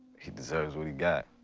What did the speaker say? he deserves what he got.